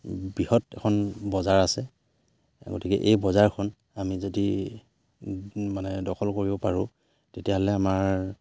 বৃহৎ এখন বজাৰ আছে গতিকে এই বজাৰখন আমি যদি মানে দখল কৰিব পাৰোঁ তেতিয়াহ'লে আমাৰ